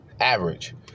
average